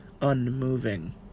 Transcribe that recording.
unmoving